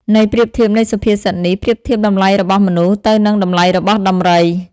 ន័យប្រៀបធៀបនៃសុភាសិតនេះប្រៀបធៀបតម្លៃរបស់មនុស្សទៅនឹងតម្លៃរបស់ដំរី។